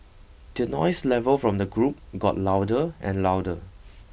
the noise level from the group got louder and louder